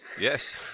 yes